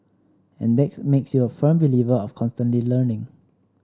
and that makes you a firm believer of constantly learning